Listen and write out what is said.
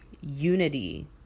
unity